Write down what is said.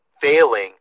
failing